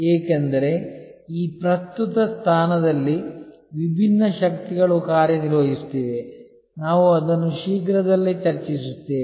ಏಕೆಂದರೆ ಈ ಪ್ರಸ್ತುತ ಸ್ಥಾನದಲ್ಲಿ ವಿಭಿನ್ನ ಶಕ್ತಿಗಳು ಕಾರ್ಯನಿರ್ವಹಿಸುತ್ತಿವೆ ನಾವು ಅದನ್ನು ಶೀಘ್ರದಲ್ಲೇ ಚರ್ಚಿಸುತ್ತೇವೆ